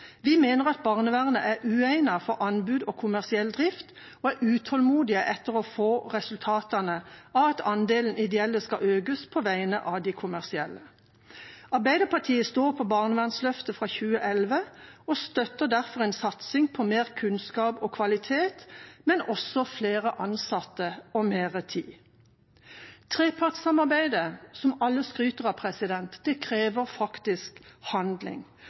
Vi mener at barnevernet er uegnet for anbud og kommersiell drift, og er utålmodige etter å få resultatene av at andelen ideelle skal økes på bekostning av de kommersielle. Arbeiderpartiet står på barnevernsløftet fra 2011 og støtter derfor en satsing på mer kunnskap og kvalitet, men også flere ansatte og mer tid. Trepartssamarbeidet som alle skryter av, krever faktisk handling,